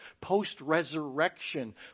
post-resurrection